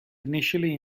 initially